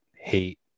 hate